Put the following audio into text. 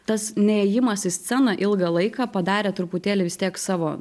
tas neėjimas į sceną ilgą laiką padarė truputėlį vis tiek savo